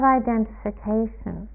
identification